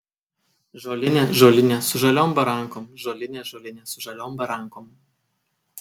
žolinė žolinė su žaliom barankom žolinė žolinė su žaliom barankom